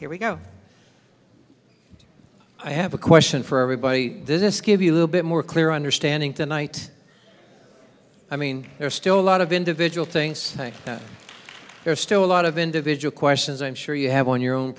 here we go i have a question for everybody does this give you a little bit more clear understanding tonight i mean there are still a lot of individual things there's still a lot of individual questions i'm sure you have on your own